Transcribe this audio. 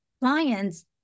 clients